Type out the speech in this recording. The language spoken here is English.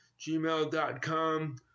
gmail.com